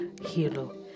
hero